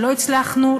שלא הצלחנו,